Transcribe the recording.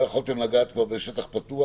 לא יכולתם לגעת כבר בשטח פתוח?